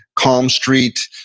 calm street,